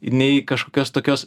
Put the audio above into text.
nei kažkokios tokios